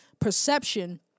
perception